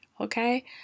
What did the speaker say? okay